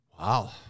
Wow